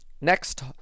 next